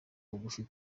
bugufi